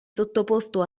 sottoposto